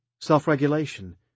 self-regulation